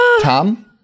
Tom